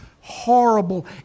horrible